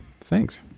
thanks